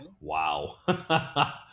Wow